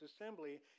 assembly